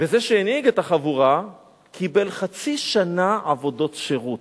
וזה שהנהיג את החבורה קיבל חצי שנה עבודות שירות.